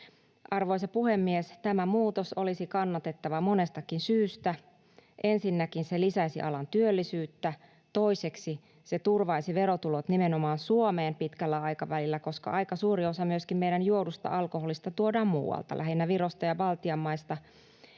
Arvoisa puhemies! Tämä muutos olisi kannatettava monestakin syystä. Ensinnäkin se lisäisi alan työllisyyttä. Toiseksi se turvaisi verotulot nimenomaan Suomeen pitkällä aikavälillä, koska aika suuri osa myöskin meidän juodusta alkoholista tuodaan muualta, lähinnä Virosta ja Baltian maista.